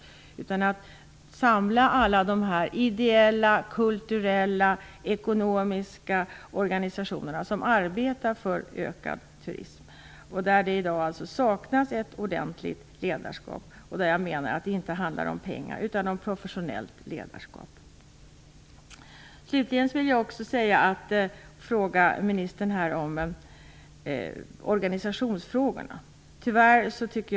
Det handlar om att samla alla ideella, kulturella och ekonomiska organisationer som arbetar för en ökad turism. I dag saknas det ett ordentligt ledarskap. Jag menar att det inte handlar om pengar utan om ett professionellt ledarskap. Slutligen vill jag ta upp organisationsfrågorna med ministern.